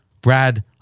Brad